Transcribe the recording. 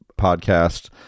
podcast